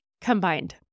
combined